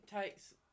takes